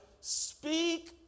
Speak